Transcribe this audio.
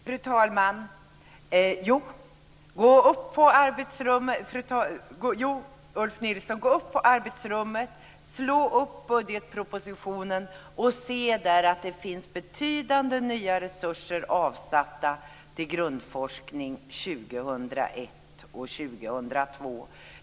Fru talman! Gå upp på arbetsrummet, Ulf Nilsson, och slå upp budgetpropositionen! Se där att det finns betydande nya resurser avsatta till grundforskning för år 2001 och år 2002!